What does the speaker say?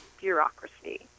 bureaucracy